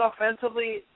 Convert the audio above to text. offensively